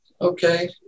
Okay